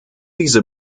diese